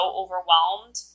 overwhelmed